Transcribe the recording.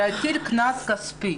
להטיל קנס כספי